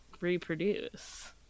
reproduce